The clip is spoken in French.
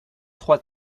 trois